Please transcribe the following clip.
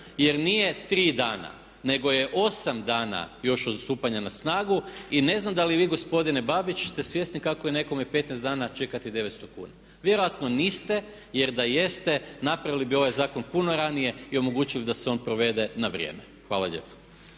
jer nije tri dana nego je osam dana još od stupanja na snagu i ne znam da li vi gospodine Babić ste svjesni kako je nekome 15 dana čekati 900 kuna, vjerojatno niste jer da jeste napravili bi ovaj zakon puno ranije i omogućili da se on provede na vrijeme. Hvala lijepa.